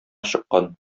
чыккан